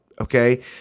Okay